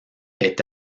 est